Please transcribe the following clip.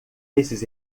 esses